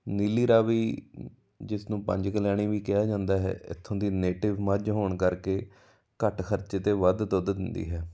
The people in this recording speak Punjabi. ਨੀਲੀ ਰਾਵੀ ਜਿਸ ਨੂੰ ਪੰਜ ਕੁਲੈਹਣੀ ਵੀ ਕਿਹਾ ਜਾਂਦਾ ਹੈ ਇੱਥੋਂ ਦੀ ਨੇਟਿਵ ਮੱਝ ਹੋਣ ਕਰਕੇ ਘੱਟ ਖਰਚੇ 'ਤੇ ਵੱਧ ਦੁੱਧ ਦਿੰਦੀ ਹੈ